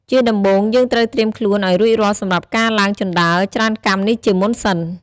ជាដំបូងយើងត្រូវត្រៀមខ្លួនអោយរួចរាល់សម្រាប់ការឡើងជណ្តើរច្រើនកាំនេះជាមុនសិន ។